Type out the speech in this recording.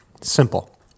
Simple